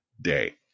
day